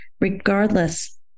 regardless